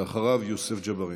אחריו, יוסף ג'בארין.